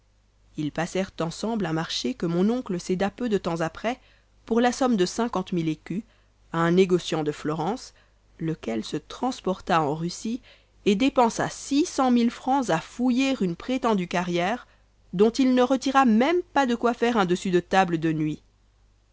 ils passèrent ensemble un marché que mon oncle céda peu de temps après pour la somme de cinquante mille écus à un négociant de florence lequel se transporta en russie et dépensa six cent mille francs à fouiller une prétendue carrière dont il ne retira même pas de quoi faire un dessus de table de nuit